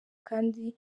kandi